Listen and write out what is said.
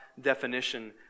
definition